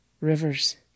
rivers